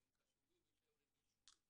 נכון שזה היה בלתי אפשרי?